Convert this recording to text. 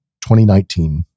2019